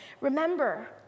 Remember